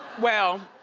well.